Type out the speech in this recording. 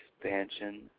expansion